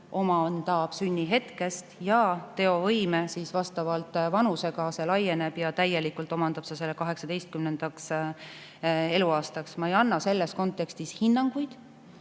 õigusvõime sünnihetkest, teovõime vastavalt vanusele laieneb ja täielikult omandatakse see 18. eluaastaks. Ma ei anna selles kontekstis hinnanguid.